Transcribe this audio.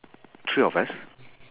three of us